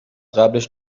قبلش